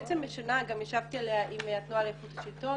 הצעת החוק בעצם משנה גם ישבתי עליה עם התנועה לאיכות השלטון,